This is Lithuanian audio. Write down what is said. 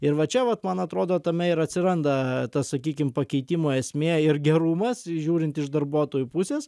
ir va čia vat man atrodo tame ir atsiranda ta sakykim pakeitimo esmė ir gerumas žiūrint iš darbuotojų pusės